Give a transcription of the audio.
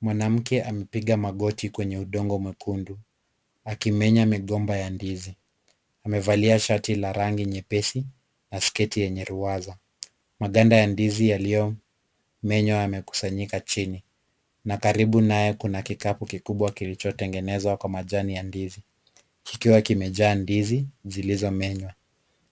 Mwanamke amepiga magoti kwenye udongo mwekundu akimenya migomba ya ndizi. Amevalia shati la rangi nyepesi na sketi yenye ruwaza. Maganda ya ndizi yaliyomenywa yamekusanyika chini na karibu naye kuna kikapu kikubwa kilichotengenezwa kwa majani ya ndizi likiwa kimejaa ndizi zilizomenywa.